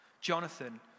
Jonathan